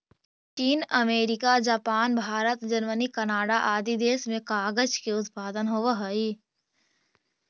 चीन, America, Japan, Bharat, Germany, Canada आदि देश में कागज के उत्पादन होवऽ हई